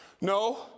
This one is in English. no